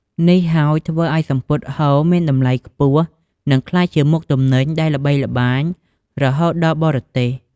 នេះហើយធ្វើឲ្យសំពត់ហូលមានតម្លៃខ្ពស់ និងក្លាយជាមុខទំនិញដែលល្បីល្បាញរហូតដល់បរទេស។